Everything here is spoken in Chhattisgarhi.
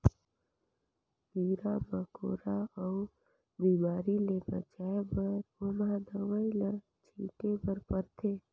कीरा मकोरा अउ बेमारी ले बचाए बर ओमहा दवई ल छिटे बर परथे